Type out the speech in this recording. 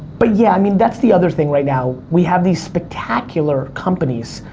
but yeah, i mean, that's the other thing right now. we have these spectacular companies,